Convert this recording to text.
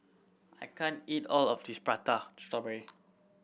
I can't eat all of this Prata Strawberry